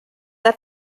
der